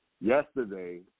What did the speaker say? yesterday